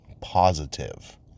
positive